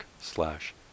slash